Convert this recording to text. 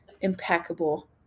impeccable